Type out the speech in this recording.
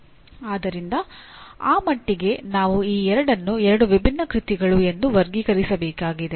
ಆದ್ದರಿಂದ ಆ ಮಟ್ಟಿಗೆ ನಾವು ಈ ಎರಡನ್ನು ಎರಡು ವಿಭಿನ್ನ ಕೃತಿಗಳು ಎಂದು ವರ್ಗೀಕರಿಸಬೇಕಾಗಿದೆ